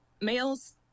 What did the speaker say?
males